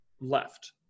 left